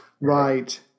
Right